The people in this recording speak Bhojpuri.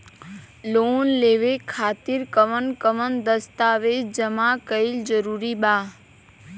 लोन लेवे खातिर कवन कवन दस्तावेज जमा कइल जरूरी बा?